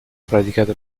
praticato